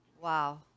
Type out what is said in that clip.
Wow